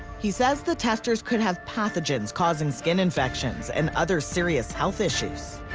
he says the testers could have pathogens causing skin infections and other serious health issues.